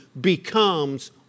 becomes